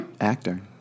Actor